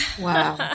Wow